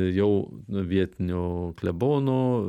jau nu vietinių klebonų